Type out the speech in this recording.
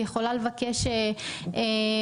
היא יכולה לבקש ערבויות,